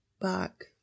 back